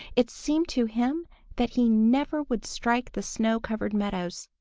it seemed to him that he never would strike the snow-covered meadows!